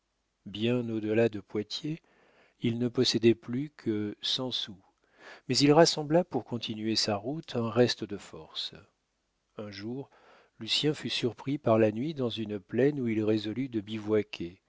delà de poitiers il ne possédait plus que cent sous mais il rassembla pour continuer sa route un reste de force un jour lucien fut surpris par la nuit dans une plaine où il résolut de